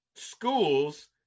Schools